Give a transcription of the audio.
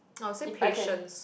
I'll say patience